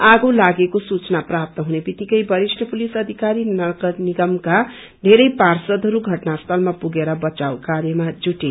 आगो लागेको सूचना प्राप्त हुने वित्तिकै वरिष्ठ पुलिस अधिकारी र नगर निगमका धेरै पार्षदहरू घ्टना स्थलमा पुगेर बचाव कार्यमा जुटे